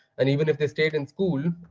and even if they stayed in school,